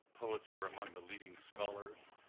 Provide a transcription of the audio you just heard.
poets were among the leading scholars,